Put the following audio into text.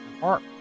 park